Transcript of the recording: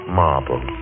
marble